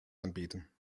anbieten